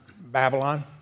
Babylon